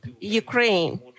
ukraine